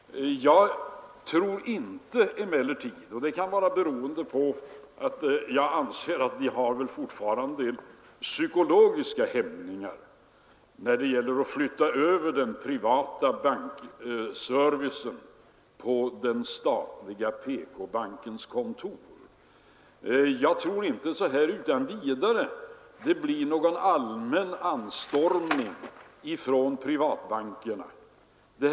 Jag tror emellertid inte — det kan bero på att många väl fortfarande har vissa psykologiska hämningar när det gäller att flytta över den privata bankservicen på den statliga PK-bankens kontor — att det utan vidare blir någon allmän anstormning från privatbankerna och deras kunder.